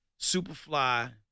Superfly